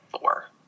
four